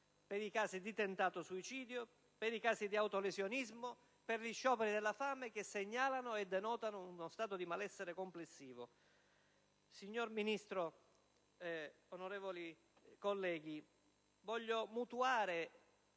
per i casi di suicidio, tentato suicidio, autolesionismo e scioperi della fame, che segnalano e denotano uno stato di malessere complessivo. Signor Ministro, onorevoli colleghi, voglio concludere